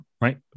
right